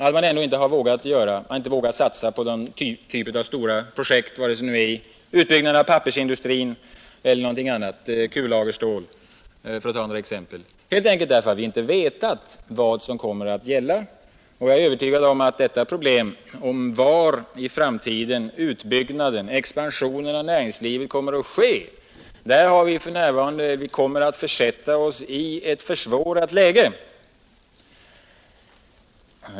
Men man har inte vågat satsa på stora projekt, utbyggnad av pappersindustrin eller tillverkning av kullagerstål, för att ta ett par exempel, helt enkelt därför att företagen inte vetat vad som kommer att gälla. Jag är övertygad om att osäkerheten om var i framtiden en utbyggnad av näringslivet kommer att ske försätter oss i ett försvårat läge.